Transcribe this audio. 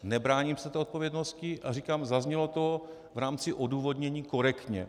Nebráním se té odpovědnosti a říkám, zaznělo to v rámci odůvodnění korektně.